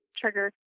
trigger